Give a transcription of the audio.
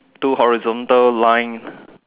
two horizontal lines